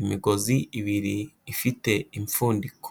imigozi ibiri ifite impfundiko.